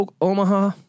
Omaha